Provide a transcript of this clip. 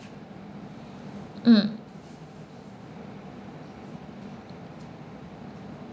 mm